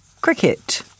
cricket